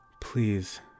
Please